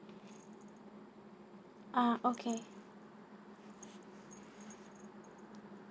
uh okay